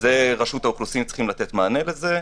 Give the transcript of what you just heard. רשות האוכלוסין צריכים לתת מענה לזה,